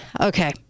okay